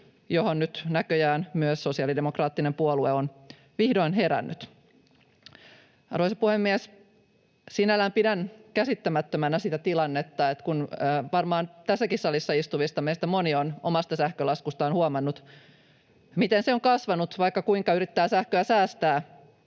johon nyt näköjään myös sosiaalidemokraattinen puolue on vihdoin herännyt. Arvoisa puhemies! Sinällään pidän käsittämättömänä sitä tilannetta, kun varmaan tässäkin salissa istuvista meistä moni on omasta sähkölaskustaan huomannut, miten se on kasvanut, vaikka kuinka yrittää sähköä säästää.